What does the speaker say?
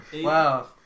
Wow